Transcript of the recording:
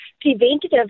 preventative